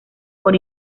por